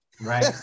right